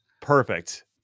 perfect